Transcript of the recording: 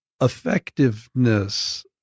effectiveness